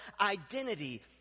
identity